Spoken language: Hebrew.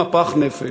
מפח נפש.